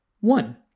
one